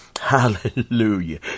Hallelujah